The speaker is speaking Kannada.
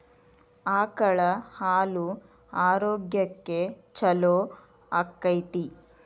ಆಕಳ ಹಾಲು ಆರೋಗ್ಯಕ್ಕೆ ಛಲೋ ಆಕ್ಕೆತಿ?